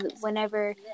whenever